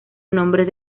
nombres